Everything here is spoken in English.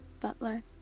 Butler